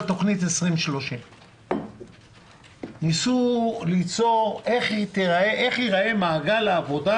תכנית 20/30. ניסו לראות איך יראה מעגל העבודה